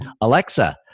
alexa